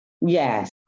Yes